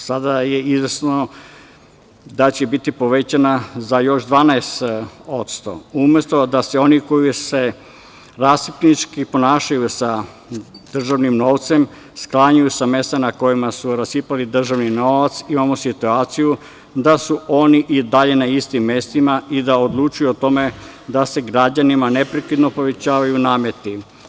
Sada je izvesno da će biti povećana za još 12%, umesto da se oni koji se rasipnički ponašaju sa državnim novcem sklanjaju sa mesta na kojima su rasipali državni novac, imamo situaciju da su oni i dalje na istim mestima i da odlučuju o tome da se građanima neprekidno povećavaju nameti.